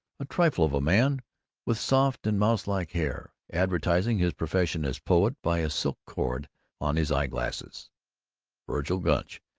a trifle of a man with soft and mouse-like hair, advertising his profession as poet by a silk cord on his eye-glasses vergil gunch,